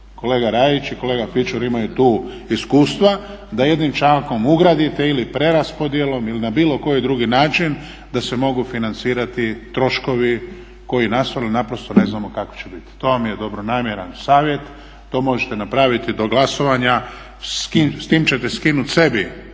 kolega Rajić i kolega Pičur imaju tu iskustva da jednim člankom ugradite ili preraspodjelom ili na bilo koji drugi način da se mogu financirati troškovi koji nastanu naprosto ne znamo kako će biti. To vam je dobronamjeran savjet, to možete napraviti do glasovanja. S tim ćete skinut sebi